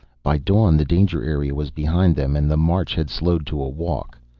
by dawn the danger area was behind them and the march had slowed to a walk.